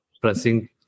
pressing